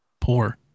poor